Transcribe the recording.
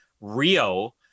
Rio